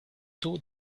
tôt